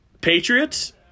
Patriots